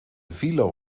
villo